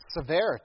severity